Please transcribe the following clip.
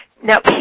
Now